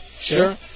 sure